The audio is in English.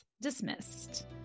dismissed